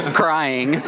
crying